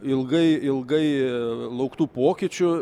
ilgai ilgai lauktų pokyčių